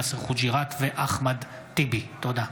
יאסר חוג'יראת ואחמד טיבי בנושא: